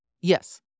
Yes